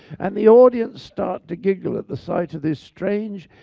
and the audience start to giggle at the sight of this strange,